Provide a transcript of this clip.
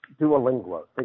Duolingo